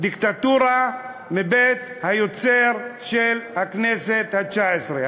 דיקטטורה מבית היוצר של הכנסת התשע-עשרה,